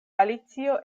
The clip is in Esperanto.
alicio